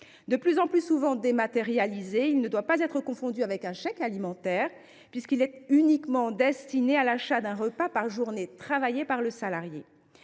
De plus en plus souvent dématérialisé, il ne doit pas être confondu avec un chèque alimentaire, puisqu’il est uniquement destiné à l’achat d’un repas par journée travaillée par le salarié.